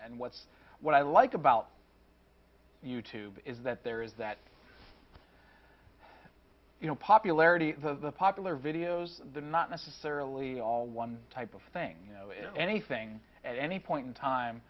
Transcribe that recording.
and what's what i like about you tube is that there is that you know popularity of the popular videos the not necessarily all one type of thing anything at any point in time